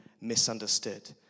misunderstood